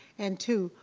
and two,